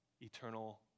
eternal